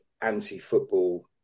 anti-football